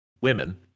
women